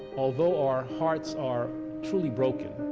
although our hearts are truly broken,